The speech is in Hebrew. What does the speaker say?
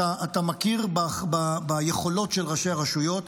אתה מכיר ביכולות של ראשי הרשויות,